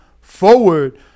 forward